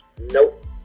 Nope